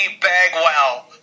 Bagwell